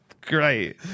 Great